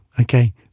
Okay